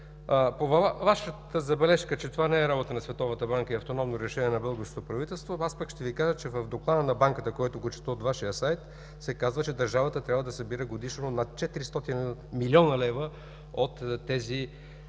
по Вашата забележка, че това не е работа на Световната банка и е автономно решение на българското правителство, аз пък ще Ви кажа, че в доклада на Банката, който чета от Вашия сайт, се казва, че държавата трябва да събира годишно над 400 млн. лв. от тези